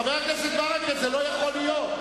חבר הכנסת ברכה, זה לא יכול להיות.